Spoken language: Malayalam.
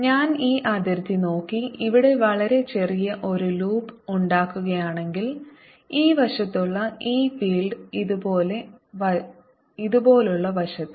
ഞാൻ ഈ അതിർത്തി നോക്കി ഇവിടെ വളരെ ചെറിയ ഒരു ലൂപ്പ് ഉണ്ടാക്കുകയാണെങ്കിൽ ഈ വശത്തുള്ള ഇ ഫീൽഡ് ഇതുപോലുള്ള വശത്ത്